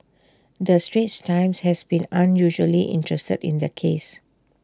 the straits times has been unusually interested in the case